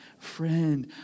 Friend